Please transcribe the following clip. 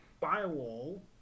Firewall